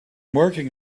working